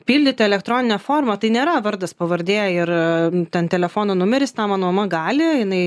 pildyti elektroninę formą tai nėra vardas pavardė ir ten telefono numeris tą mano mama gali jinai